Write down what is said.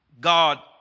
God